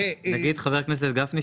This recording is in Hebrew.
חבר הכנסת גפני,